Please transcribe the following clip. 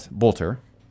bolter